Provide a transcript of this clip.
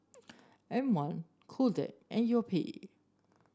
M one Kodak and Yoplait